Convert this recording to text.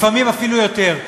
לפעמים אפילו יותר.